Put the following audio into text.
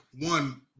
one